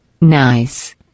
nice